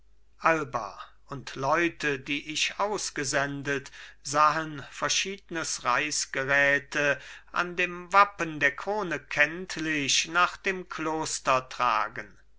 alba und leute die ich ausgesendet sahen verschiednes reis'geräte an dem wappen der krone kenntlich nach dem kloster tragen